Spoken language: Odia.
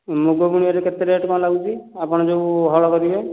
ମୁଗ ବୁଣିବାରେ କେତେ ରେଟ୍ କ'ଣ ଲାଗୁଛି ଆପଣ ଯେଉଁ ହଳ କରିବେ